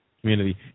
community